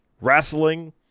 wrestling